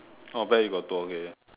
oh bear you got two okay okay